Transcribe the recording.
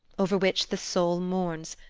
over which the soul mourns,